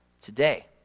today